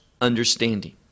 understanding